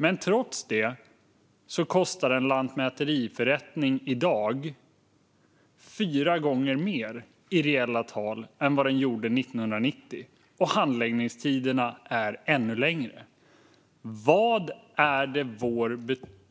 Men trots det kostar en lantmäteriförrättning i dag fyra gånger mer i reella tal än vad den gjorde 1990. Och handläggningstiderna är ännu längre. Vad får vår